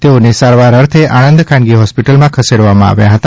તેઓને સારવાર અર્થે આણંદ ખાનગી હોસ્પીટલમાં ખસેડવામાં આવ્યા હતા